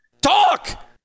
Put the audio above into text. Talk